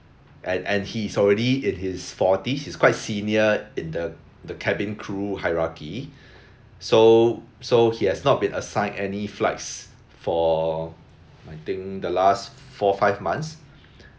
and and he's already in his forties he's quite senior in the the cabin crew hierarchy so so he has not been assigned any flights for I think the last four five months